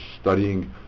studying